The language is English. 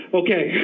okay